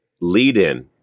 lead-in